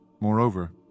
Moreover